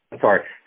Sorry